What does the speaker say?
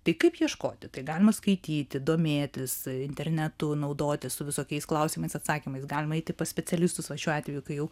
tai kaip ieškoti tai galima skaityti domėtis internetu naudotis su visokiais klausimais atsakymais galima eiti pas specialistus va šiuo atveju kai jau